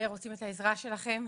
ורוצים את העזרה שלכם,